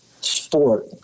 sport